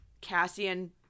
Cassian